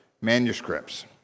manuscripts